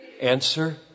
Answer